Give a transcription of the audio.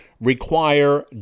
require